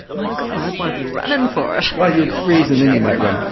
my god i'd want to be running for it. well you'd freeze and then you might run, ah